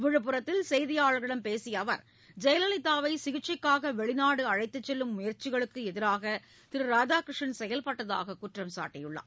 விழுப்புரத்தில் செய்தியாளர்களிடம் பேசிய அவர் ஜெயலலிதாவை சிகிச்சைக்காக வெளிநாடு அழைத்துச் செல்லும் முயற்சிகளுக்கு எதிராக திரு ராதாகிருஷ்ணன் செயல்பட்டதாக குற்றம் சாட்டியுள்ளார்